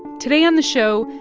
today on the show,